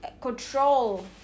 control